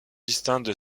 distinctes